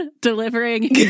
delivering